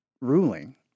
ruling